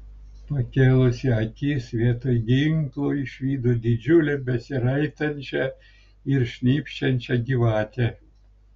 pakėlusi akis vietoj ginklo išvydo didžiulę besiraitančią ir šnypščiančią gyvatę